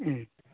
उम